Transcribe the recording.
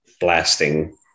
blasting